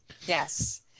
yes